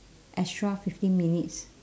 extra fifteen minutes